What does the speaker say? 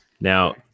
now